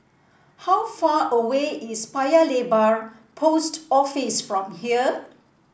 how far away is Paya Lebar Post Office from here